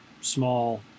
small